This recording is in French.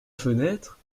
fenêtre